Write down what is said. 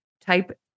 type